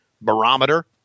barometer